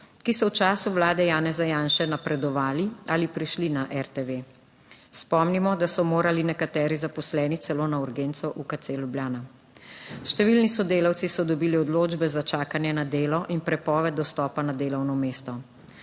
ki so v času Vlade Janeza Janše napredovali ali prišli na RTV. Spomnimo, da so morali nekateri zaposleni celo na urgenco UKC Ljubljana. Številni sodelavci so dobili odločbe za čakanje na delo in prepoved dostopa na delovno mesto.